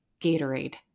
Gatorade